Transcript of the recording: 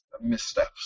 missteps